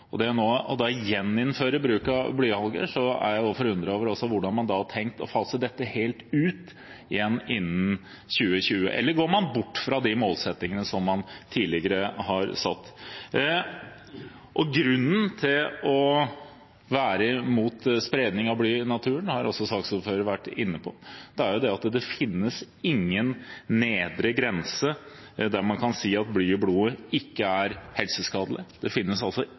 det gjelder å gjeninnføre bruk av blyhagl, er jeg forundret med tanke på hvordan man har tenkt å fase dette helt ut innen 2020. Eller går man bort fra de målsettingene som man tidligere har satt? Grunnen til å være mot spredning av bly i naturen har saksordføreren vært inne på, at det ikke finnes en nedre grense der man kan si at bly i blodet ikke er helseskadelig – det finnes altså